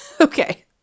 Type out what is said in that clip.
Okay